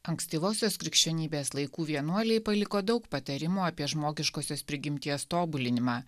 ankstyvosios krikščionybės laikų vienuoliai paliko daug patarimų apie žmogiškosios prigimties tobulinimą